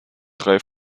drei